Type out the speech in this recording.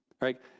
right